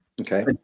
Okay